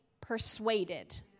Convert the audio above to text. persuaded